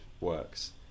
works